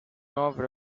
over